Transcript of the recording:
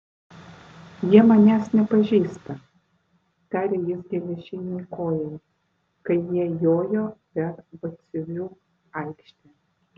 jie manęs nepažįsta tarė jis geležinei kojai kai jie jojo per batsiuvių aikštę